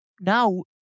now